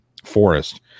Forest